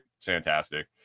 fantastic